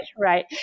right